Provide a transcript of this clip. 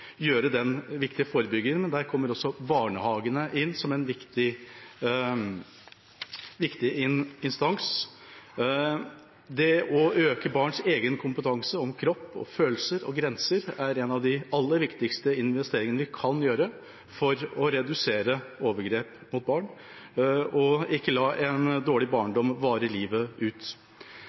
den viktige forebyggingen, kommer også barnehagen inn som en viktig instans. Det å øke barns egen kompetanse om kropp, følelser og grenser er en av de aller viktigste investeringene vi kan gjøre for å redusere overgrep mot barn, og ikke la en dårlig barndom vare livet ut.